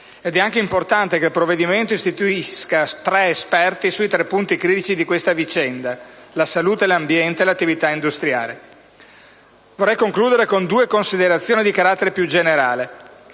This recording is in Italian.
Ed è anche importante che il provvedimento istituisca tre esperti sui tre punti critici di questa vicenda: la salute, l'ambiente e l'attività industriale. Vorrei concludere con due considerazioni di carattere più generale.